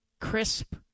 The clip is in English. crisp